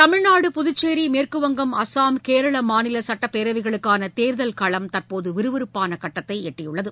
தமிழ்நாடு புதுச்சோ மேற்குவங்கம் அஸ்ஸாம் கேரள மாநில சட்டப்பேரவைகளுக்கான தேர்தல் களம் தற்போது விறுவிறுப்பான கட்டத்தை எட்டியுள்ளது